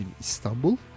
Istanbul